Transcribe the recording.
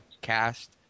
cast